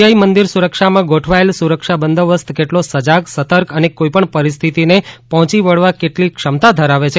દરિયાઇ મંદિર સુરક્ષામાં ગોઠવાયેલ સુરક્ષા બંદોબસ્ત કેટલો સજાગ સતર્ક અને કોઇપણ પરિસ્થિતિને પહોંચી વળવા કેટલી ક્ષમતા ધરાવે છે